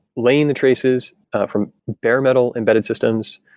laying the traces from bare metal embedded systems,